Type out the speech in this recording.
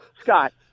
Scott